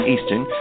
Eastern